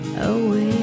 away